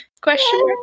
Question